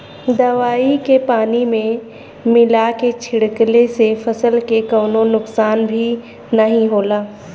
दवाई के पानी में मिला के छिड़कले से फसल के कवनो नुकसान भी नाहीं होला